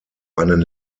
einen